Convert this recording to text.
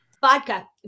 Vodka